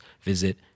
visit